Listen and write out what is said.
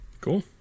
cool